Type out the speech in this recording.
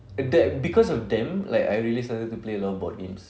adapt because of them like I really started to play a lot of board games